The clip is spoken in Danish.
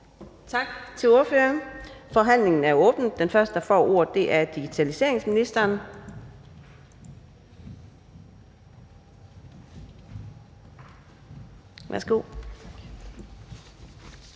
Tak til ordføreren. Forhandlingen er åbnet. Den første, der får ordet, er digitaliseringsministeren.